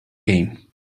game